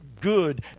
good